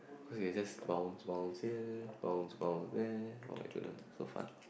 because it's just bounce bounce here bounce bounce there oh my goodness so fun